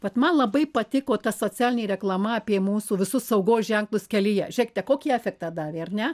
vat man labai patiko ta socialinė reklama apie mūsų visus saugos ženklus kelyje žėkite kokį efektą davė ar ne